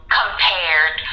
compared